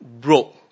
broke